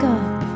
up